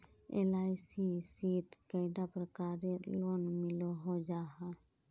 LIC शित कैडा प्रकारेर लोन मिलोहो जाहा?